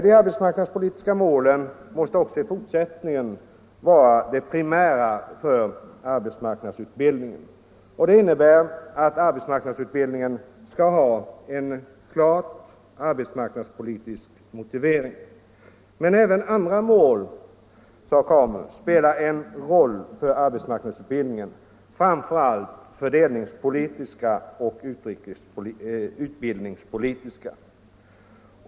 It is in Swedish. De arbetsmarknadspolitiska målen måste också i fortsättningen vara det primära för arbetsmarknadsutbildningen. Det innebär att arbetsmarknadsutbildningen skall ha en klart arbetsmarknadspolitisk motivering. Men även andra mål, sade KAMU, spelar en roll för arbetsmarknadsutbildningen, framför allt fördelningspolitiska och utbildningspolitiska.